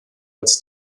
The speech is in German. als